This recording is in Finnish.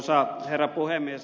arvoisa herra puhemies